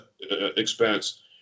expense